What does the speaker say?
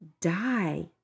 die